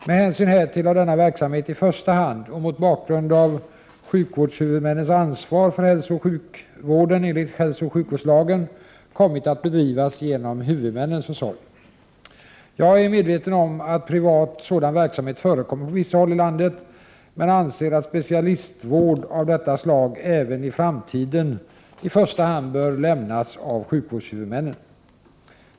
Med hänsyn härtill har denna verksamhet i första hand och mot bakgrund av sjukvårdshuvudmännens ansvar för hälsooch sjukvården enligt hälsooch sjukvårdslagen kommit att bedrivas genom huvudmännens försorg. Jag är dock medveten om att privat sådan verksamhet förekommer på vissa håll i landet men anser att specialistvård av detta slag även i framtiden i första hand bör lämnas av sjukvårdshuvudmännen.